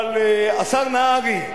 אבל השר נהרי,